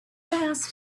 asked